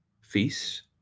feasts